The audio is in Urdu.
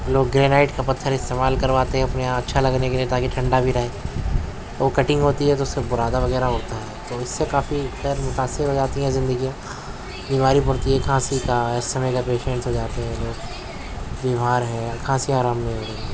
لوگ گرینائڈ کا پتھر استعمال کرواتے ہیں اپنا یہاں اچھا لگنے کے لیے تاکہ ٹھنڈا بھی رہے اور کٹنگ ہوتی ہے تو اس سے بورادہ وغیرہ ہوتا ہے تو اس کافی متاثر ہو جاتی ہیں زندگیاں بیماری بڑھتی ہے کھانسی کا اس سے پیسنٹ ہو جاتے ہیں لوگ بیمار ہیں کھانسی آرام نہیں ہو رہی ہے